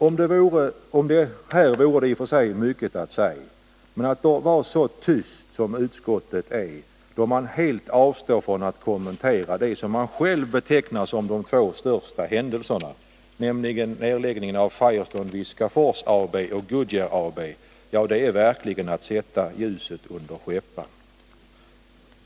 Om detta kunde finnas mycket att säga, men att vara så tyst som utskottet är då man helt avstår från att kommentera det som man själv betecknar som de två största händelserna — nedläggningen av Firestone-Viskafors AB och Goodyear AB -— det är verkligen att sätta ljuset under skäppan.